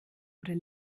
oder